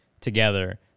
together